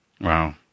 wow